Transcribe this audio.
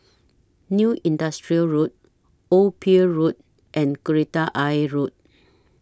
New Industrial Road Old Pier Road and Kreta Ayer Road